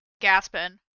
Gaspin